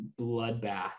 bloodbath